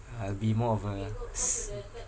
I'll be more of uh